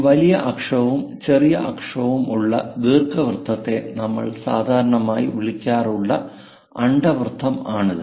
ഒരു വലിയ അക്ഷവും ചെറിയ അക്ഷവുമുള്ള ദീർഘവൃത്തത്തെ നമ്മൾ സാധാരണയായി വിളിക്കാറുള്ള അണ്ഡവൃത്തം ആണിത്